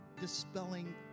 dispelling